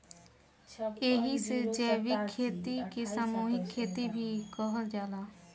एही से जैविक खेती के सामूहिक खेती भी कहल जाला